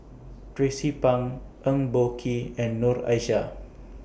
Tracie Pang Eng Boh Kee and Noor Aishah